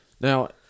Now